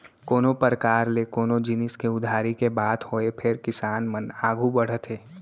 कोनों परकार ले कोनो जिनिस के उधारी के बात होय फेर किसान मन आघू बढ़त हे